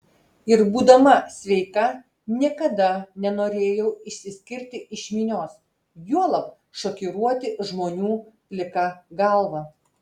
ir būdama sveika niekada nenorėjau išsiskirti iš minios juolab šokiruoti žmonių plika galva